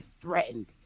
threatened